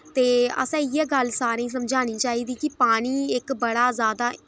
ते असेंईं इ'यै गल्ल सारें गी समझानी चाहिदी कि पानी इक बड़ा ज्यादा